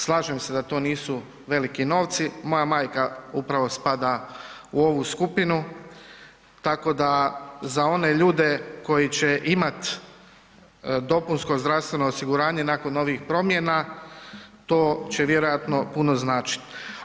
Slažem se da to nisu veliki novci, moja majka upravo spada u ovu skupinu tako da za one ljude koji će imat dopunsko zdravstveno osiguranje nakon ovih promjena, t će vjerojatno puno značit.